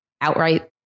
outright